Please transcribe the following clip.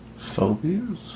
phobias